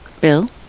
Bill